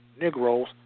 negroes